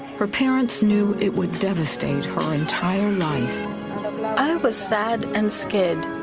her parents knew it would devastate her entire life. i was sad and scared.